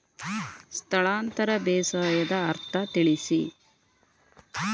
ಸ್ಥಳಾಂತರ ಬೇಸಾಯದ ಅರ್ಥ ತಿಳಿಸಿ?